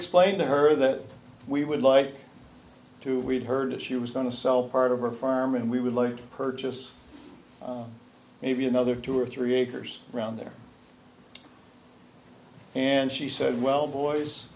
explained to her that we would like to we've heard that she was going to sell part of her farm and we would like to purchase a view another two or three acres around there and she said well